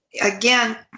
again